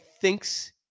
thinks